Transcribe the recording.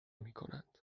میکنند